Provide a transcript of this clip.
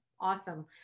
awesome